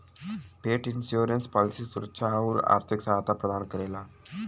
पेट insurance policy सुरक्षा आउर आर्थिक सहायता प्रदान करेला